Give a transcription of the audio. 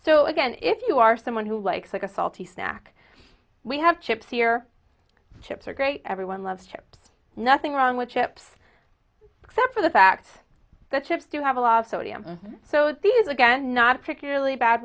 so again if you are someone who likes like a salty snack we have chips here chips are great everyone loves chips nothing wrong with chips except for the fact that chips do have a lot of sodium so these again not a particularly bad